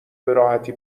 براحتی